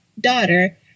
daughter